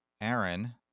Aaron